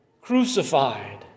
crucified